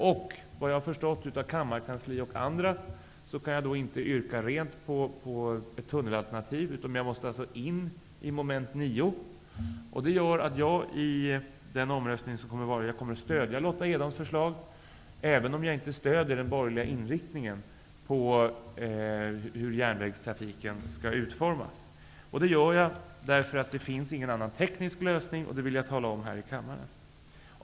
Såvitt jag har förstått kan jag inte yrka rent på tunnelalternativet, utan jag måste yrka på det som föreslås under mom. 9. Det gör att jag i omröstningen kommer att stödja Lotta Edholms förslag, även om jag inte stödjer den borgerliga inriktningen på hur järnvägstrafiken skall utformas. Jag gör detta därför att det inte finns någon annan teknisk lösning. Detta vill jag tala om för kammaren.